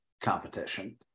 competition